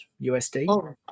usd